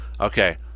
okay